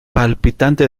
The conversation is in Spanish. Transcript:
palpitante